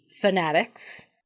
fanatics